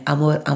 Amor